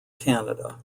canada